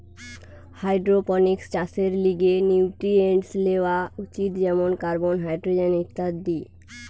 hydroponics চাষের লিগে nutrients লেওয়া উচিত যেমন কার্বন, হাইড্রোজেন ইত্যাদি